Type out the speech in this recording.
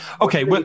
Okay